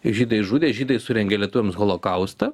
žydai žudė žydai surengė lietuviams holokaustą